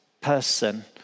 person